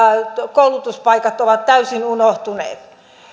koulutuspaikat ovat täysin unohtuneet